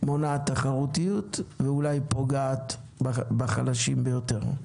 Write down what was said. מונעת תחרותיות ואולי פוגעת בחלשים ביותר,